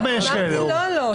אני חובב בג"צים ידוע,